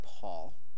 Paul